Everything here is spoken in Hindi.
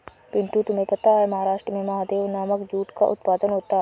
पिंटू तुम्हें पता है महाराष्ट्र में महादेव नामक जूट का उत्पादन होता है